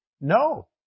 no